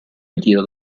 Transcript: ritiro